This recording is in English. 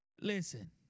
Listen